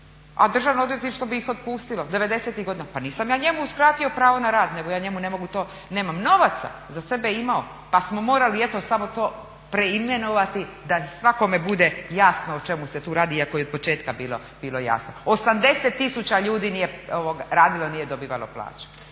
a Državno odvjetništvo bi ih otpustilo devedesetih godina. Pa nisam ja njemu uskratio pravo na rad nego ja njemu ne mogu to nemam novaca, za sebe je imao pa smo morali eto samo to preimenovati da svakome bude jasno o čemu se tu radi, iako je od početka bilo jasno. 80 tisuća ljudi je radilo nije dobivalo plaću